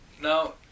Now